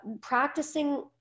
practicing